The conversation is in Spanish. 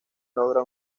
logra